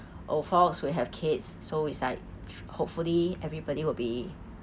oh false we have kids so it's like hopefully everybody will be